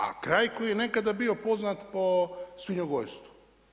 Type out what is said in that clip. A kraj koji je nekada bio poznat po svinjogojstvu.